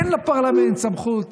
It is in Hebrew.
אין לפרלמנט סמכות